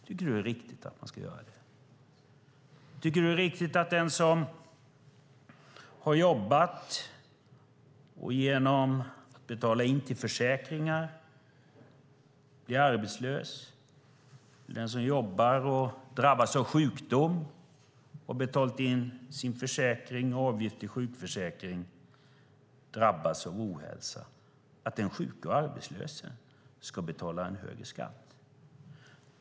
Tycker du att det är riktigt att den som har jobbat och betalat in till försäkringar och sedan blir arbetslös och att den som jobbar och betalar in sin avgift till sjukförsäkring och sedan drabbas av sjukdom och ohälsa ska betala en högre skatt?